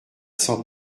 sans